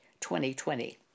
2020